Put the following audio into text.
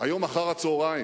היום אחר-הצהריים.